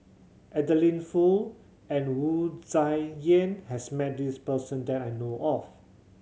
Adeline Foo and Wu Tsai Yen has met this person that I know of